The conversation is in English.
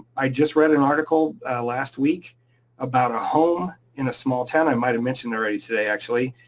i just read an article last week about a home in a small town, i might have mentioned already today actually,